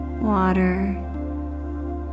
water